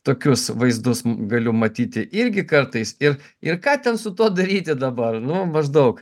tokius vaizdus galiu matyti irgi kartais ir ir ką ten su tuo daryti dabar nu maždaug